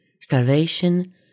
starvation